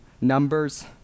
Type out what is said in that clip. Numbers